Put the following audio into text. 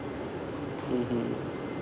mmhmm